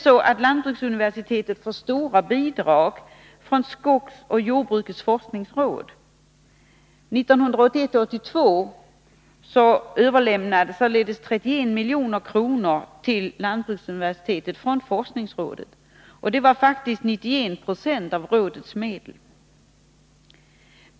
5 Lantbruksuniversitetet får stora bidrag från Skogsoch jordbrukets forskningsråd. Budgetåret 1981/82 tilldelades universitetet 31 milj.kr. från forskningsrådet, vilket faktiskt var 91 26 av rådets medel.